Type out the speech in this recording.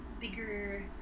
bigger